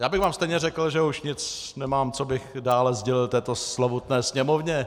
Já bych vám stejně řekl, že už nic nemám, co bych dále sdělil této slovutné Sněmovně.